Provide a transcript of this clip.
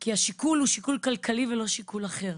כי השיקול הוא שיקול כלכלי ולא שיקול אחר,